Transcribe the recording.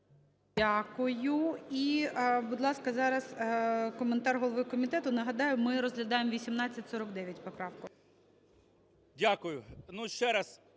Дякую. І, будь ласка, зараз коментар голови комітету. Нагадаю, ми розглядаємо 1849 поправку. 11:09:31